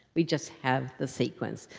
we just have the sequence.